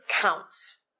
counts